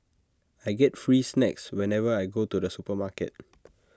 I get free snacks whenever I go to the supermarket